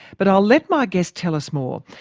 but i'll let my guest tell us more,